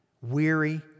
weary